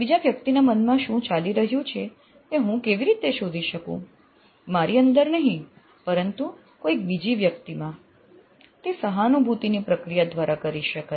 બીજા વ્યક્તિના મનમાં શું ચાલી રહ્યું છે એ હું કેવી રીતે શોધી શકું મારી અંદર નહીં પરંતુ કોઈક બીજી વ્યક્તિમાં તે સહાનુભૂતિની પ્રક્રિયા દ્વારા કરી શકાય